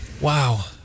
Wow